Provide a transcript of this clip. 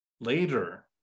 later